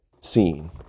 scene